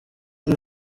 ari